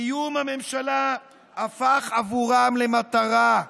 קיום הממשלה הפך עבורם למטרה,